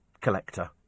collector